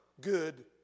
good